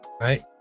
Right